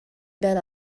ben